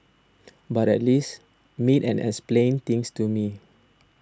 but at least meet and explain things to me